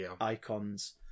icons